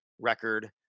record